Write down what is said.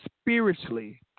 Spiritually